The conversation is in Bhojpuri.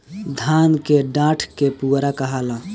धान के डाठ के पुआरा कहाला